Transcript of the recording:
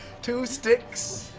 two sticks